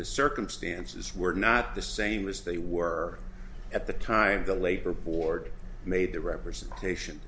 the circumstances were not the same as they were at the time the labor board made the representation